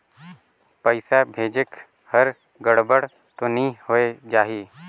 पइसा भेजेक हर गड़बड़ तो नि होए जाही?